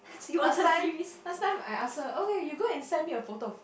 last time last time I ask her okay you go and send me a photo of